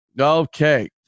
Okay